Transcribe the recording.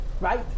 Right